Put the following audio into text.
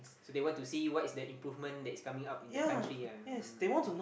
so they want to see what is the improvement that is coming up in the country ah mm